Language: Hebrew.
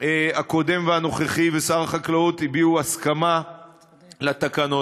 הקודם והמכהן ושר החקלאות הביעו הסכמה לתקנות,